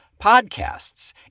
podcasts